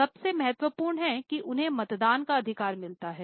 सबसे महत्वपूर्ण है कि उन्हें मतदान का अधिकार मिला है